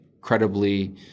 credibly